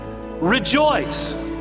rejoice